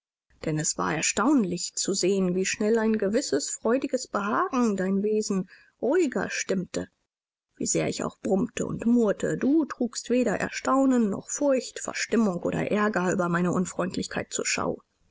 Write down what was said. denn es war erstaunlich zu sehen wie schnell ein gewisses freudiges behagen dein wesen ruhiger stimmte wie sehr ich auch brummte und murrte du trugst weder erstaunen noch furcht verstimmung oder ärger über meine unfreundlichkeit zur schau